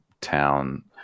town